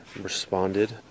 responded